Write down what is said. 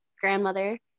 grandmother